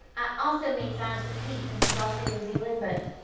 i also made signs for pete since he's lost in new zealand, but.